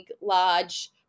large